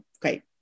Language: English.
great